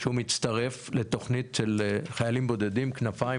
שהוא מצטרף לתוכנית חיילים בודדים 'כנפיים',